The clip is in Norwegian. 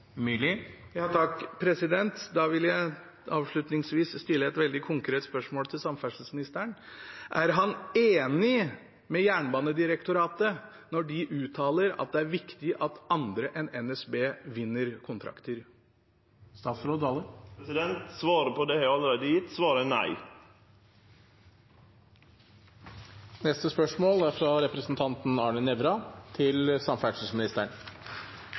Da vil jeg avslutningsvis stille et veldig konkret spørsmål til samferdselsministeren: Er han enig med Jernbanedirektoratet når de uttaler at det er viktig at andre enn NSB vinner kontrakter? Svaret på det har eg allereie gjeve. Svaret er nei. «Jernbanereformen skulle bl.a. sikre bedre kvalitet til